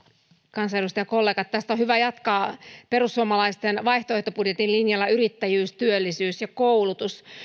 kansanedustajakollegat tästä on hyvä jatkaa perussuomalaisten vaihtoehtobudjetin linjalla yrittäjyys työllisyys ja koulutus